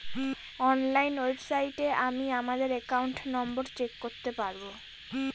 online ওয়েবসাইটে আমি আমাদের একাউন্ট নম্বর চেক করতে পারবো